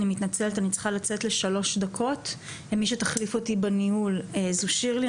אני מתנצלת אני צריכה לצאת לשלוש דקות ומי שתחליף אותו בניהול זו שירלי,